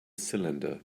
cylinder